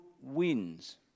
wins